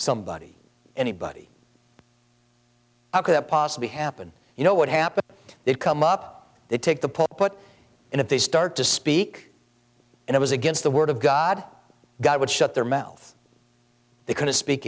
somebody anybody could possibly happen you know what happened they'd come up they take the pope put in if they start to speak and it was against the word of god god would shut their mouth they couldn't speak